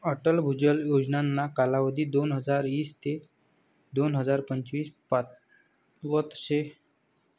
अटल भुजल योजनाना कालावधी दोनहजार ईस ते दोन हजार पंचवीस पावतच शे